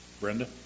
Brenda